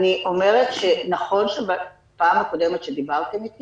אני אומרת שנכון שבפעם הקודמת שדיברתם איתי